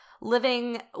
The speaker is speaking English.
living